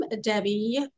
Debbie